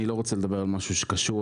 אני לא רוצה לדבר על משהו שקשור.